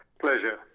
Pleasure